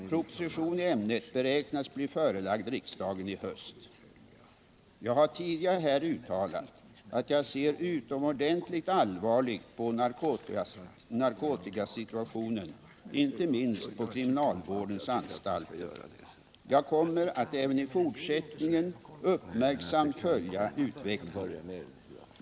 Proposition i ämnet beräknas bli förelagd riksdagen i höst. Jag har tidigare här uttalat att jag ser utomordentligt allvarligt på narkotikasituationen inte minst på kriminalvårdens anstalter. Jag kommer att även i fortsättningen uppmärksamt följa utvecklingen.